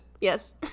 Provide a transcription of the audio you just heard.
yes